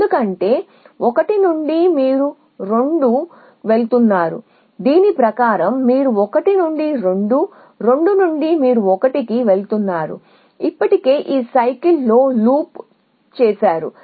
ఎందుకంటే 1 నుండి మీరు 2 వెళుతున్నారు దీని ప్రకారం మీరు 1 నుండి 2 2 నుండి మీరు 1 కి వెళుతున్నారు కాబట్టి ఇప్పటికే ఈ చక్రంలో లూప్ చేసారు